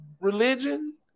religion